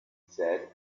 said